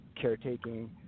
caretaking –